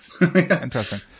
Interesting